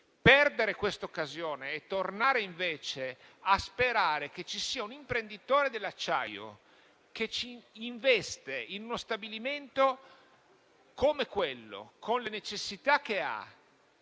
Perdere questa occasione e tornare invece a sperare che ci sia un imprenditore dell'acciaio che investa in uno stabilimento come quello, con le necessità e le